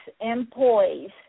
employees